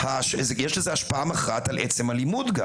יש לזה גם השפעה מכרעת על עצם הלימוד.